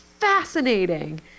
fascinating